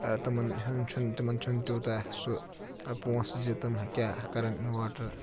تِمَن ہُنٛد چھُنہٕ تِمَن چھُنہٕ تیٛوٗتاہ سُہ ٲں پونٛسہٕ زِ تِم کیٛاہ کَرَن اِنوٲرٹر